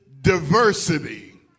diversity